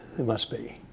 it must be.